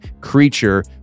creature